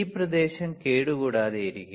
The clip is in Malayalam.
ഈ പ്രദേശം കേടുകൂടാതെയിരിക്കും